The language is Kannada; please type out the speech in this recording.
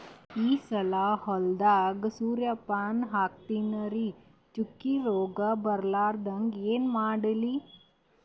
ಈ ಸಲ ಹೊಲದಾಗ ಸೂರ್ಯಪಾನ ಹಾಕತಿನರಿ, ಚುಕ್ಕಿ ರೋಗ ಬರಲಾರದಂಗ ಏನ ಮಾಡ್ಲಿ?